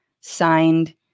signed